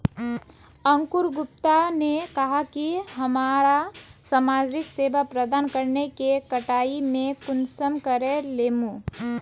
अंकूर गुप्ता ने कहाँ की हमरा समाजिक सेवा प्रदान करने के कटाई में कुंसम करे लेमु?